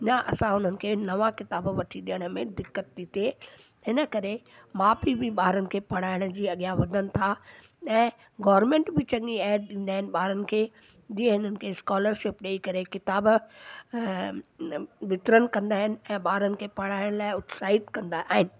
न असां हुननि खे नवा किताब वठी ॾियण में दिक़त थी थिए हिन करे माउ पीउ बि ॿारनि खे पढ़ाइण जी अॻियां वधनि था ऐं गॉरमेंट बि चङी एड ॾींदा आहिनि ॿारनि खे जीअं इन्हनि खे स्कॉलरशिप ॾेई करे किताब वितरन कंदा आहिनि ऐं ॿारनि खे पढ़ाइनि लाइ उत्साहित कंदा आहिनि